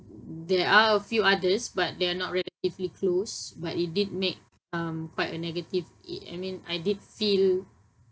there are a few others but they are not relatively close but it did make um quite a negative i~ I mean I did feel